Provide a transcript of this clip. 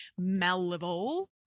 Malevol